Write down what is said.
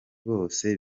bose